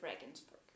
Regensburg